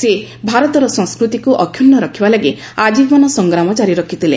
ସେ ଭାରତର ସଂସ୍କୃତିକୁ ଅକ୍ଷୁର୍ଣ୍ ରଖିବା ଲାଗି ଆଜୀବନ ସଂଗ୍ରାମ ଜାରି ରଖିଥିଲେ